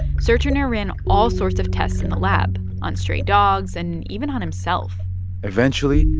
serturner ran all sorts of tests in the lab on stray dogs and even on himself eventually,